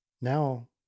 Now